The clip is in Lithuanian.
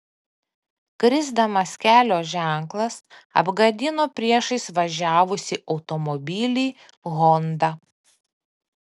krisdamas kelio ženklas apgadino priešais važiavusį automobilį honda